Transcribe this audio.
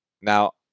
Now